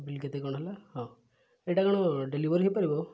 bill କେତେ କ'ଣ ହେଲା ହଁ ଏଇଟା କ'ଣ ଡେଲିଭରି ହେଇପାରିବ